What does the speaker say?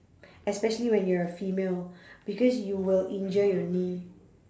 especially when you're a female because you will injure your knee